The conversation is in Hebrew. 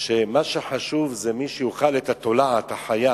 שמה שחשוב זה מי שיאכל את התולעת החיה,